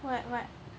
what what